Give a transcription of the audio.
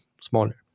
smaller